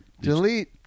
Delete